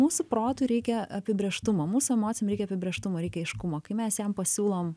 mūsų protui reikia apibrėžtumo mūsų emocijom reikia apibrėžtumo reikia aiškumo kai mes jam pasiūlom